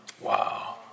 Wow